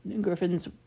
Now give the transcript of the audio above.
Griffins